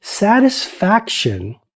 Satisfaction